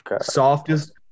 Softest